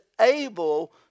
able